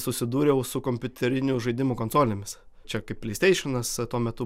susidūriau su kompiuterinių žaidimų konsolėmis čia kaip pleisteišenas tuo metu